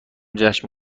جشن